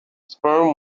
sperm